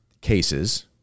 cases